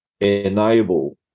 enable